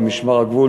למשמר הגבול,